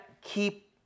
keep